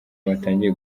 batangiye